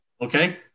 okay